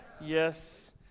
Yes